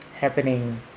happening